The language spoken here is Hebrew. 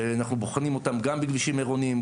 שאנחנו בוחנים אותם גם בכבישים עירוניים,